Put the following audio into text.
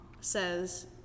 says